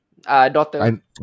Daughter